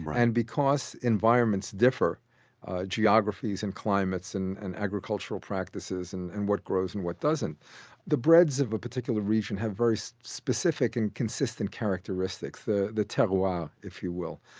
but and because environments differ geographies, and climates, and and agricultural practices, and and what grows, and what doesn't the breads of a particular region have very specific and consistent characteristics. the the terroir, ah if you will.